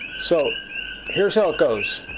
so here's how it goes.